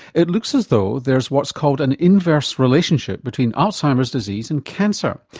it looks as though there's what's called an inverse relationship between alzheimer's disease and cancer.